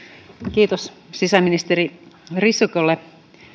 kiitos sisäministeri risikolle